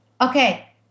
okay